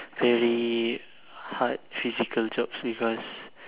very hard physical jobs because